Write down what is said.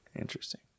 Interesting